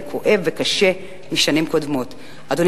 אדוני